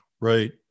right